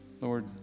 Lord